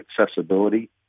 accessibility